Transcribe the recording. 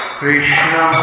Krishna